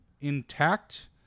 intact